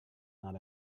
not